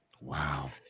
Wow